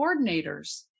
coordinators